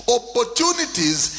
opportunities